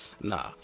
nah